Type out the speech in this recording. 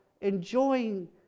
enjoying